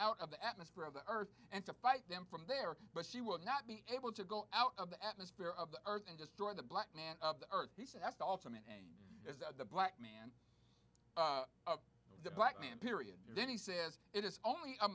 out of the atmosphere of the earth and to fight them from there but she will not be able to go out of the atmosphere of the earth and destroy the black man of the earth he said that's the ultimate aim is the black man of the black man period then he says it is only a